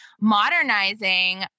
modernizing